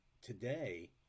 today